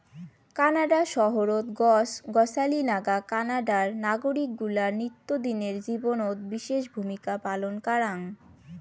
Canada শহরত গছ গছালি নাগা কানাডার নাগরিক গুলার নিত্যদিনের জীবনত বিশেষ ভূমিকা পালন কারাং